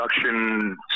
production